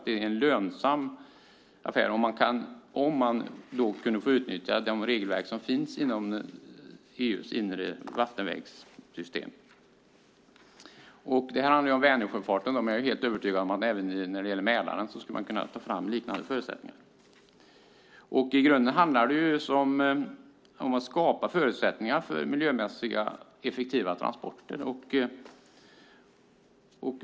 Det är en lönsam affär om det går att utnyttja de regelverk som finns när det gäller EU:s system för inre vattenvägar. Här handlar det om Vänersjöfarten. Men jag är helt övertygad om att liknande förutsättningar skulle kunna tas fram för Mälaren. I grunden handlar det om att skapa förutsättningar för miljömässigt effektiva transporter.